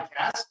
Podcast